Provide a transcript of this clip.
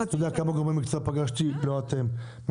אז מה?